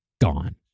gone